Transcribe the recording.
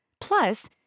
Plus